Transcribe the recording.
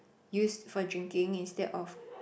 used for drinking instead of